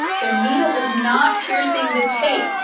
the needle is not piercing the tape,